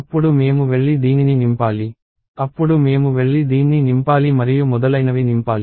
అప్పుడు మేము వెళ్లి దీనిని నింపాలి అప్పుడు మేము వెళ్లి దీన్ని నింపాలి మరియు మొదలైనవి నింపాలి